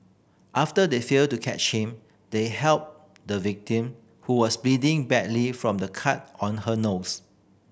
after they failed to catch him they helped the victim who was bleeding badly from a cut on her nose